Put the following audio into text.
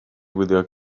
wylio